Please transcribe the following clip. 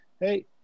hey